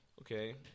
Okay